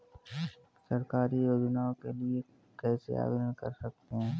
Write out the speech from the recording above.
सरकारी योजनाओं के लिए कैसे आवेदन कर सकते हैं?